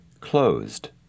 closed